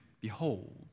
behold